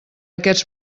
aquests